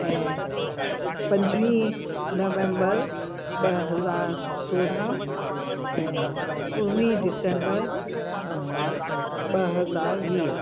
ऐं पंजुवीह नवेंबर ॿ हज़ार सोरहं ऐं उणिवीह दिसंबर ॿ हज़ार वीह